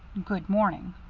good-morning.